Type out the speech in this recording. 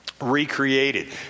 recreated